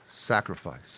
sacrifice